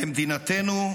במדינתנו,